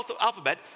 alphabet